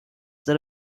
that